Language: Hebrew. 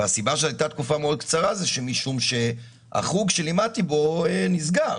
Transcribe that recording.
והסיבה שזו הייתה תקופה מאוד קצרה היא שמשום שהחוג שלימדתי בו נסגר.